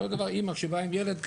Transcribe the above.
אותו דבר אמא שבאה עם ילד קטן,